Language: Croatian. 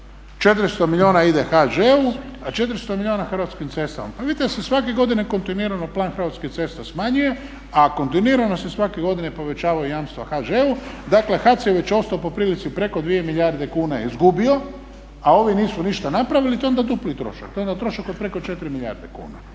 400 milijuna ide HŽ-u, a 400 milijuna Hrvatskim cestama. Pa vidite da se svake godine kontinuirano plan Hrvatskih cesta smanjuje, a kontinuirano se svake godine povećavaju jamstva HŽ-u. dakle HAC je već ostao po prilici preko dvije milijarde kuna je izgubio, a ovi nisu ništa napravili to je onda dupli trošak, to je onda trošak od preko 4 milijarde kuna.